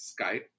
Skype